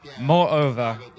moreover